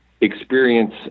experience